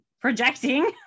projecting